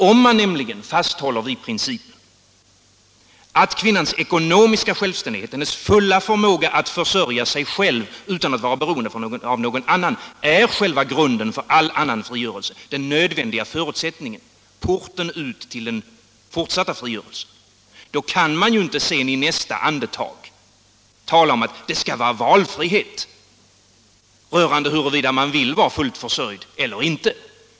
Om man nämligen fasthåller vid principen att kvinnans ekonomiska självständighet, hennes fulla förmåga att försörja sig själv, utan att vara beroende av någon annan, är själva grunden för all annan frigörelse, den nödvändiga förutsättningen, porten ut till den fortsatta frigörelsen, kan man inte i nästa andetag tala om att det skall vara valfrihet rörande huruvida man vill vara fullt försörjd eller inte.